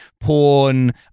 porn